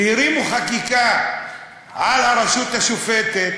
והרימו חקיקה על הרשות השופטת,